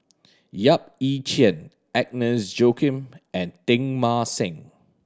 Yap Ee Chian Agnes Joaquim and Teng Mah Seng